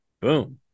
Boom